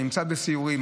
אני נמצא בסיורים,